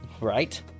right